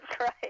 right